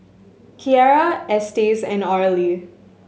Kierra Estes and Arly